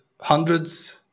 hundreds